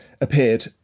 appeared